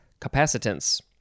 capacitance